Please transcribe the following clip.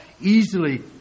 easily